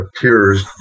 tears